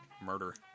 murder